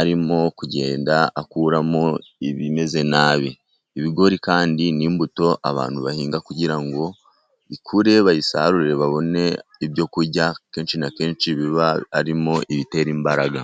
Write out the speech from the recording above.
arimo kugenda akuramo ibimeze nabi. Ibigori kandi ni imbuto abantu bahinga kugira ngo ikure bayisarure babone ibyokurya, kenshi na kenshi biba birimo ibitera imbaraga.